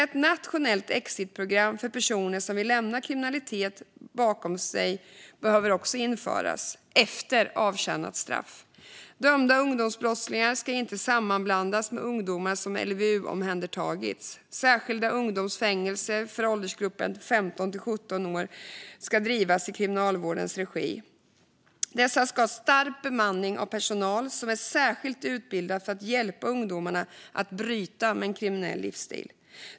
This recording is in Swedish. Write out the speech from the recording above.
Ett nationellt exitprogram för personer som vill lämna kriminaliteten bakom sig efter avtjänat straff behöver också införas. Dömda ungdomsbrottslingar ska inte sammanblandas med ungdomar som LVU-omhändertagits. Särskilda ungdomsfängelser för åldersgruppen 15-17 år ska drivas i Kriminalvårdens regi. Dessa ska ha stark bemanning av personal som är särskilt utbildad för att hjälpa ungdomarna att bryta med en kriminell livsstil.